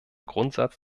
grundsatz